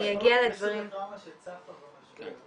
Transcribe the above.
-- -נכנסים לטראומה שצפה במשבר.